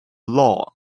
law